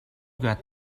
got